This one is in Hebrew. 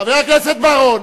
בחוק ההסדרים.